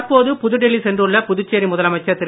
தற்போது புதுடெல்லி சென்றுள்ள புதுச்சேரி முதலலமைச்சர் திரு